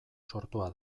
sortua